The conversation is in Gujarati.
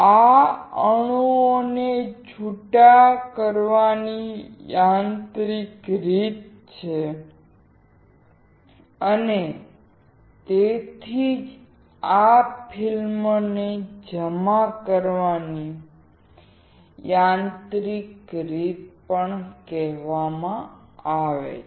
આ અણુઓને છૂટા કરવાની યાંત્રિક રીત છે અને તેથી જ આ ફિલ્મને જમા કરવાની યાંત્રિક રીત પણ કહેવામાં આવે છે